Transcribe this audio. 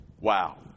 Wow